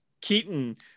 Keaton